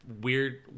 weird